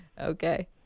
Okay